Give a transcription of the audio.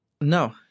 No